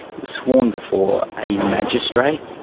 it was sworn before a magistrate,